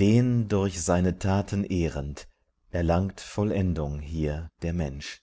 den durch seine taten ehrend erlangt vollendung hier der mensch